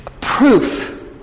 Proof